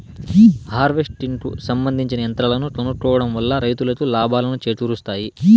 harvesting కు సంబందించిన యంత్రాలను కొనుక్కోవడం వల్ల రైతులకు లాభాలను చేకూరుస్తాయి